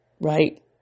right